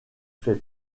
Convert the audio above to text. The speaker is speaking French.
fait